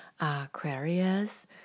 Aquarius